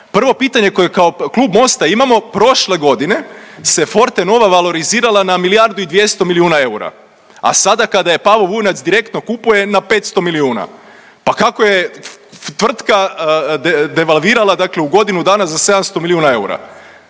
Prvo pitanje koje kao klub Mosta imamo prošle godine se Fortenova valorizirala na milijardu i 200 milijuna eura, a sada kada je Pavo Vujnovac direktno kupuje na 500 milijuna. Pa kako je tvrtka devalvirala u godinu dana za 700 milijuna eura?